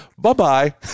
Bye-bye